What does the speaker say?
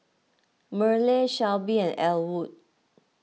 Merle Shelbie and Ellwood